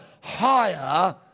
higher